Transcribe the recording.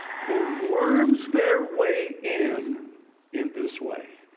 who worms their way in in this way.